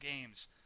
games